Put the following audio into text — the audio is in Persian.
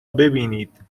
ببینید